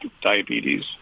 diabetes